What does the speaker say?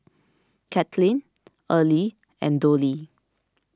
Katlyn Erle and Dollie